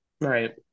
Right